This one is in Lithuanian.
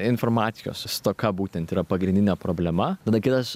informacijos stoka būtent yra pagrindinė problema tada kitas